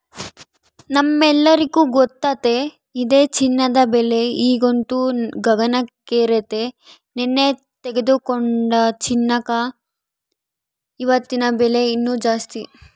ನಮ್ಮೆಲ್ಲರಿಗೂ ಗೊತ್ತತೆ ಇದೆ ಚಿನ್ನದ ಬೆಲೆ ಈಗಂತೂ ಗಗನಕ್ಕೇರೆತೆ, ನೆನ್ನೆ ತೆಗೆದುಕೊಂಡ ಚಿನ್ನಕ ಇವತ್ತಿನ ಬೆಲೆ ಇನ್ನು ಜಾಸ್ತಿ